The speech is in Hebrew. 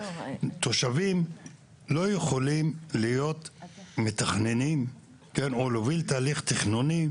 תושבים לא יכולים להיות מתכננים או להוביל תהליך תכננוני,